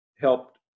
helped